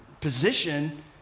position